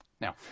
Now